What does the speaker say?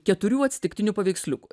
keturių atsitiktinių paveiksliukų